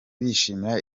bishimira